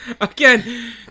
Again